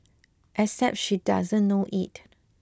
except she doesn't know it